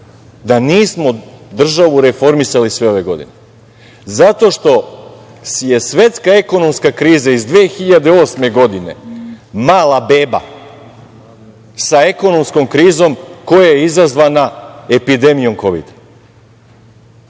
da nismo državu reformisali sve ove godine, zato što je svetska ekonomska kriza iz 2008. godine „mala beba“ sa ekonomskom krizom koja je izazvana epidemijom KOVID-a. Samo